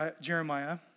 Jeremiah